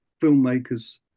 filmmakers